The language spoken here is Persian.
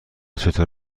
چطور